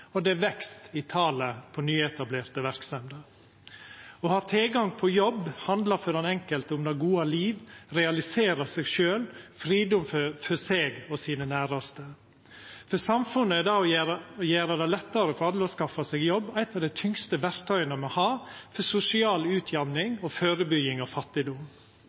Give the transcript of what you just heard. og det er vekst i talet på nyetablerte verksemder. Å ha tilgang på jobb handlar for den enkelte om det gode liv, å realisera seg sjølv og fridom for seg og sine næraste. For samfunnet er det å gjera det lettare for alle å skaffa seg jobb eitt av dei tyngste verktøya me har for sosial utjamning og førebygging av fattigdom,